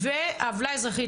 ועוולה אזרחית,